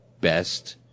best